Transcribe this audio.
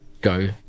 go